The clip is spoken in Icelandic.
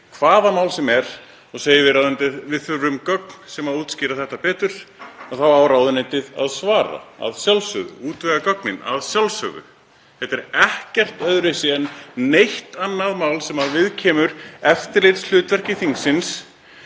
hvaða mál sem er, og segir við ráðuneytið: Við þurfum gögn sem útskýra þetta betur. Þá á ráðuneytið að svara: Að sjálfsögðu, og útvega gögnin, að sjálfsögðu. Þetta er ekkert öðruvísi en neitt annað mál sem viðkemur eftirlitshlutverki þingsins,